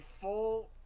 full